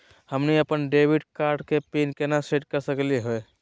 हमनी अपन debit card के पीन केना सेट कर सकली हे?